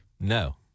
No